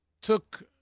took